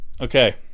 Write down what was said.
okay